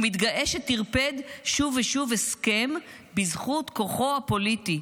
הוא מתגאה שטרפד שוב ושוב הסכם בזכות כוחו הפוליטי.